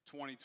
2020